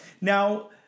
Now